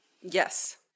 Yes